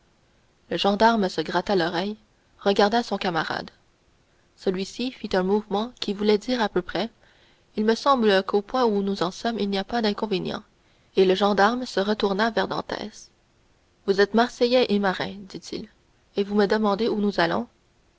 le gendarme se gratta l'oreille regarda son camarade celui-ci fit un mouvement qui voulait dire à peu près il me semble qu'au point où nous en sommes il n'y a pas d'inconvénient et le gendarme se retourna vers dantès vous êtes marseillais et marin dit-il et vous me demandez où nous allons